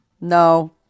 No